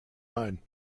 ein